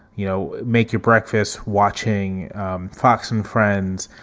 you know, make your breakfast, watching fox and friends,